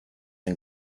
and